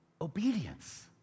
obedience